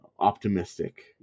optimistic